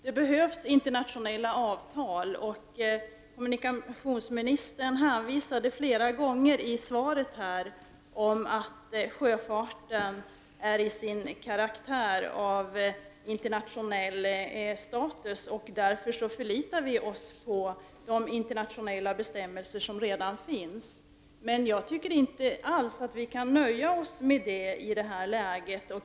Det behövs internationella avtal. Kommunikationsministern hänvisade i sitt svar flera gånger till att sjöfarten till sin karaktär är internationell och att man därför förlitar sig till de internationella bestämmelser som redan finns. Jag tycker inte att vi kan nöja oss med det i det här läget.